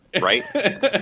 right